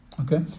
Okay